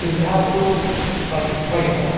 सुविधा बहुत बढ़ बढ़ गया है